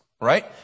right